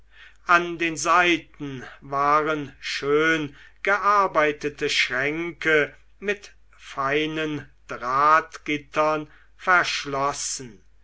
an den seiten waren schön gearbeitete schränke mit feinen drahtgittern verschlossen